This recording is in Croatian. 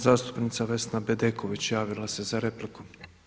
Zastupnica Vesna Bedeković javila se za repliku.